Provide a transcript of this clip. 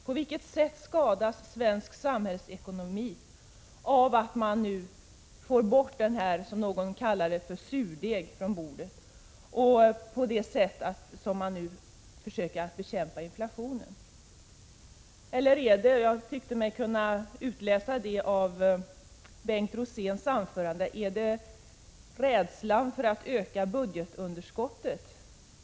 På vilket sätt skadas svensk samhällsekonomi av att man nu får bort denna, som någon kallade det, surdeg från bordet genom de metoder med vilka man nu försöker bekämpa inflationen? Eller är det rädslan för att öka budgetunderskottet med 305 miljoner som är skälet till att man går emot detta förslag?